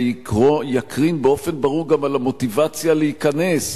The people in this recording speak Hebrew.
זה יקרין באופן ברור על המוטיבציה להיכנס.